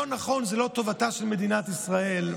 לא נכון, זו לא טובתה של מדינת ישראל.